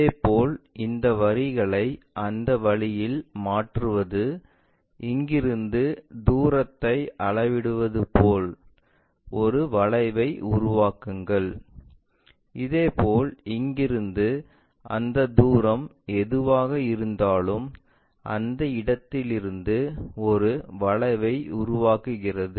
இதேபோல் இந்த வரிகளை அந்த வழியில் மாற்றுவது இங்கிருந்து தூரத்தை அளவிடுவது போல ஒரு வளைவை உருவாக்குங்கள் இதேபோல் இங்கிருந்து அந்த தூரம் எதுவாக இருந்தாலும் அந்த இடத்திலிருந்து ஒரு வளைவை உருவாக்குகிறது